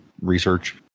research